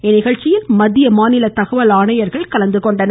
இந்நிகழ்ச்சியில் மத்திய மாநில தகவல் ஆணையர்கள் கலந்துகொண்டனர்